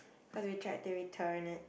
cause we check activity turn and